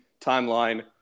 timeline